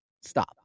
Stop